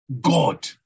God